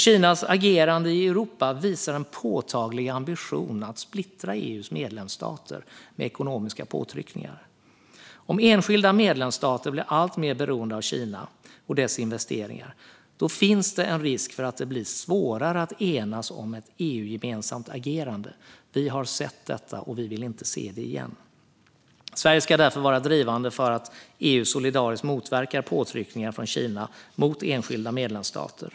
Kinas agerande i Europa visar en påtaglig ambition att splittra EU:s medlemsstater genom ekonomiska påtryckningar. Om enskilda medlemsstater blir alltmer beroende av Kina och dess investeringar finns risk för att det blir svårare att enas om ett EU-gemensamt agerande. Vi har sett detta och vill inte se det igen. Sverige ska därför vara drivande för att EU solidariskt motverkar påtryckningar från Kina mot enskilda medlemsstater.